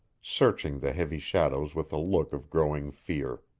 searching the heavy shadows with a look of growing fear.